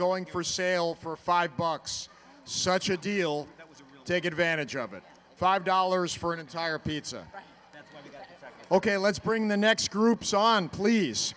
going for sale for five bucks such a deal with take advantage of it five dollars for an entire pizza ok let's bring the next groups on please